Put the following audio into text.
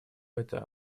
это